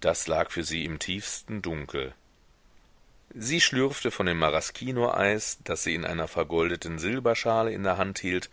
das lag für sie im tiefsten dunkel sie schlürfte von dem maraschino eis das sie in einer vergoldeten silberschale in der hand hielt